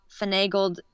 finagled